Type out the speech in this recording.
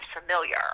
familiar